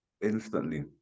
Instantly